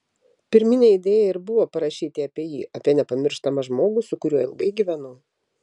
pirminė idėja ir buvo parašyti apie jį apie nepamirštamą žmogų su kuriuo ilgai gyvenau